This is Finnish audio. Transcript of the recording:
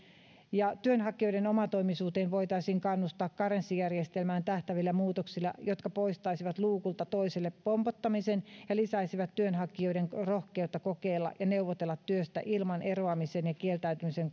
ja työnhakijoiden omatoimisuuteen voitaisiin kannustaa karenssijärjestelmään tehtävillä muutoksilla jotka poistaisivat luukulta toiselle pompottamisen ja lisäisivät työnhakijoiden rohkeutta kokeilla ja neuvotella työstä ilman karenssin uhkaa eroamisesta ja kieltäytymisestä